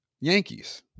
Yankees